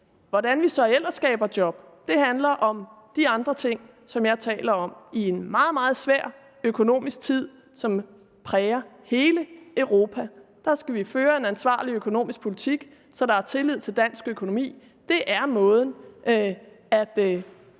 Hvordan vi så ellers skaber job, handler om de andre ting, som jeg taler om. I en meget, meget svær økonomisk tid, som præger hele Europa, skal vi føre en ansvarlig økonomisk politik, så der er tillid til dansk økonomi. Det er måden at